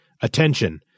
Attention